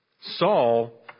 Saul